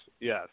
Yes